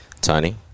Tony